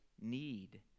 need